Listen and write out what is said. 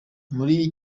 muri